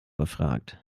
befragt